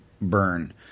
burn